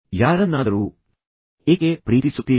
ನೀವು ಯಾರನ್ನಾದರೂ ಏಕೆ ಪ್ರೀತಿಸುತ್ತೀರಿ